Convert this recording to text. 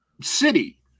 city